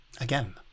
again